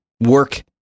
work